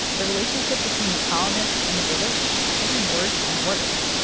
the relationship between the colonists and the british was getting worse and worse,